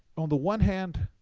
on the one hand,